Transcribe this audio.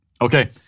Okay